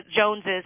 Joneses